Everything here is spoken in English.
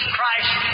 Christ